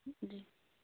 جی